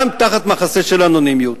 גם תחת מחסה של אנונימיות.